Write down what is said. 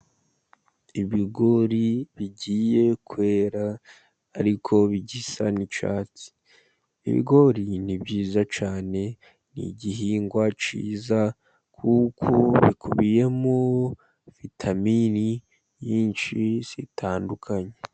Ibigori bigiye kwera ariko bigisa n' icyatsi. Ibigori ni byiza cyane ni igihingwa cyiza kuko bikubiyemo vitaminini nyinshi zitandukanye.